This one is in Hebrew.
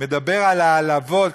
מדבר על העלבות,